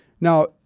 Now